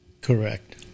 Correct